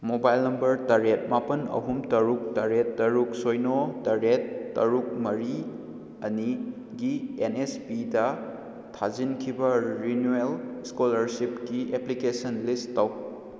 mobile number ꯇꯔꯦꯠ ꯃꯥꯄꯜ ꯑꯍꯨꯝ ꯇꯔꯨꯛ ꯇꯔꯦꯠ ꯇꯔꯨꯛ ꯁꯤꯅꯣ ꯇꯔꯦꯠ ꯇꯔꯨꯛ ꯃꯔꯤ ꯑꯅꯤꯒꯤ ꯑꯦꯟ ꯅꯦꯁ ꯄꯤꯗ ꯊꯥꯖꯤꯟꯈꯤꯕ ꯔꯤꯅꯨꯋꯦꯜ ꯏꯁꯀꯣꯂꯥꯔꯁꯤꯞꯀꯤ ꯑꯦꯄ꯭ꯂꯤꯀꯦꯁꯟ ꯂꯤꯁ ꯇꯧ